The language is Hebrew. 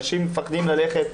אנשים מפחדים ללכת,